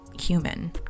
human